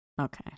okay